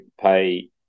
pay